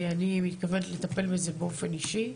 אני מתכוונת לטפל בזה באופן אישי.